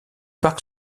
parc